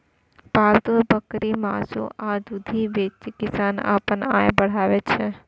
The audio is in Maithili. पालतु बकरीक मासु आ दुधि बेचि किसान अपन आय बढ़ाबै छै